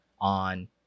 on